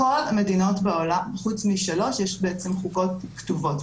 לכל המדינות בעולם חוץ משלוש יש בעצם חוקות כתובות,